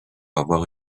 avoir